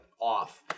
off